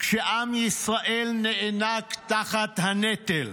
כשעם ישראל נאנק תחת הנטל,